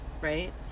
right